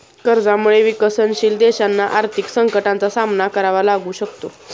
कर्जामुळे विकसनशील देशांना आर्थिक संकटाचा सामना करावा लागू शकतो